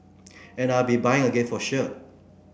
and I'll be buying again for sure